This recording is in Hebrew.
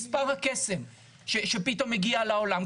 מספר הקסם שפתאום הגיע לעולם.